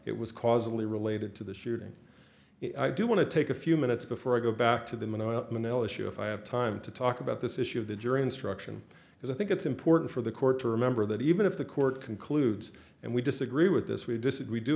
it was causally related to the shooting i do want to take a few minutes before i go back to the manila issue if i have time to talk about this issue of the jury instruction because i think it's important for the court to remember that even if the court concludes and we disagree with this we disagree do